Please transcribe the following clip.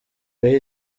wiha